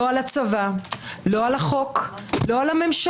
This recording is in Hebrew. לא על הצבא, לא על החוק, לא על הממשלה.